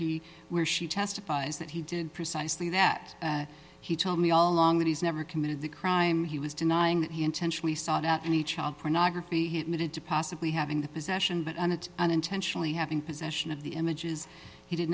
he where she testifies that he did precisely that he told me all along that he's never committed the crime he was denying that he intentionally sought out any child pornography he admitted to possibly having the possession of it and it unintentionally having possession of the images he did